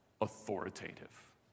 authoritative